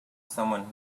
someone